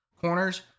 corners